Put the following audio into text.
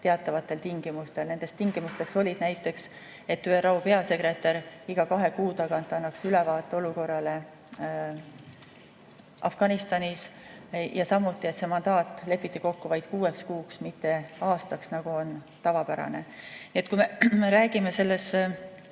teatavatel tingimustel. Nendeks tingimusteks olid näiteks, et ÜRO peasekretär iga kahe kuu tagant annaks ülevaate olukorrast Afganistanis, ja samuti, et see mandaat lepiti kokku vaid kuueks kuuks, mitte aastaks, nagu on tavapärane. Kui me räägime